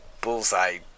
bullseye